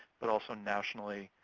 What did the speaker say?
but also nationally,